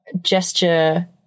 gesture